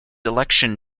election